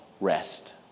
rest